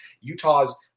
Utah's